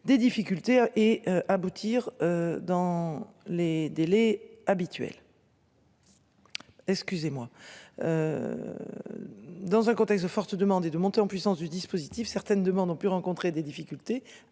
des difficultés et aboutir dans les délais habituels. Excusez-moi. Dans un contexte de forte demande et de montée en puissance du dispositif certaines demandes. Puis rencontrer des difficultés